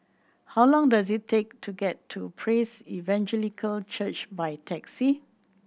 how long does it take to get to Praise Evangelical Church by taxi